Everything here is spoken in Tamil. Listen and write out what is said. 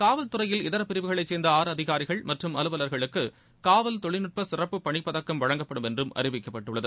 காவல்துறையில் இதர பிரிவுகளைச் சேர்ந்த ஆறு அதிகாரிகள் மற்றும் அலுவலர்களுக்கு காவல் தொழில்நுட்ப சிறப்பு பணிப்பதக்கம் வழங்கப்படும் என்றும் அறிவிக்கப்பட்டுள்ளது